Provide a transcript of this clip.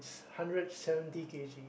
hundred seventy K_G